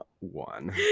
one